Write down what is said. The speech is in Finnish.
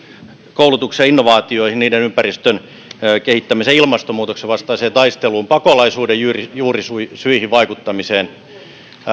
koulutukseen innovaatioihin niiden ympäristön kehittämiseen ilmastonmuutoksen vastaiseen taisteluun pakolaisuuden juurisyihin vaikuttamiseen